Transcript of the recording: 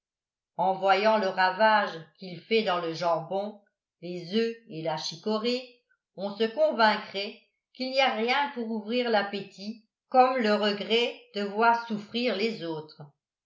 en voyant le ravage qu'il fait dans le jambon les œufs et la chicorée on se convaincrait qu'il n'y a rien pour ouvrir l'appétit comme le regret de voir souffrir les autres